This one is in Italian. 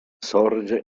sorge